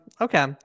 okay